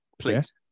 please